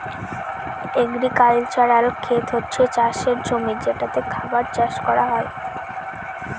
agricultural খেত হচ্ছে চাষের জমি যেটাতে খাবার চাষ করা হয়